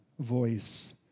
Voice